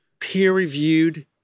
peer-reviewed